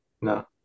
No